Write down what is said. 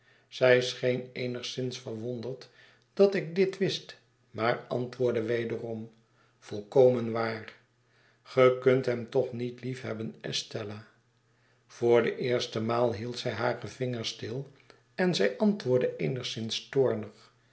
zij scheen eenigszins verwonderd dat ik dit wist maar antwoordde wederom volkomen waar ge kunt hem toch niet liefhebben estella voor de eerste maal hield zij hare vingers stil en zij antwoordde